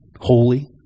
holy